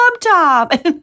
top